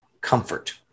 comfort